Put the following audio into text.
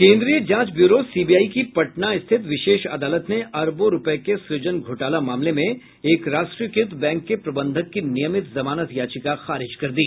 केन्द्रीय जांच bureau CBI की पटना स्थित विशेष अदालत ने अरबों रुपये के सुजन घोटाला मामले में एक राष्ट्रीयकृत बैंक के प्रबंधक की नियमित जमानत याचिका खारिज कर दी